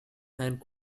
and